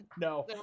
no